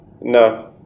No